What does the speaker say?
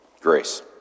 grace